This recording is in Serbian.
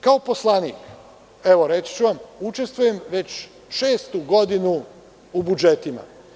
Kao poslanik, reći ću vam, učestvujem već šestu godinu u budžetima.